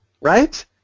right